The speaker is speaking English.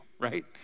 right